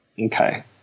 okay